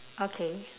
okay